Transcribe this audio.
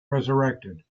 resurrected